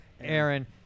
Aaron